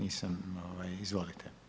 Izvolite.